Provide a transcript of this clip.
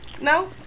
No